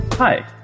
Hi